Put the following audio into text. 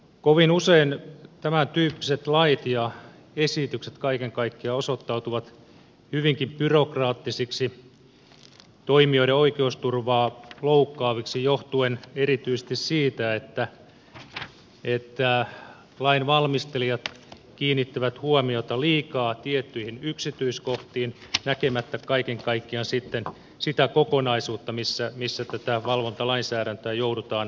kovin usein tämäntyyppiset lait ja esitykset kaiken kaikkiaan osoittautuvat hyvinkin byrokraattisiksi ja toimijoiden oikeusturvaa loukkaaviksi johtuen erityisesti siitä että lain valmistelijat kiinnittävät huomiota liikaa tiettyihin yksityiskohtiin näkemättä kaiken kaikkiaan sitten sitä kokonaisuutta missä tätä valvontalainsäädäntöä joudutaan toteuttamaan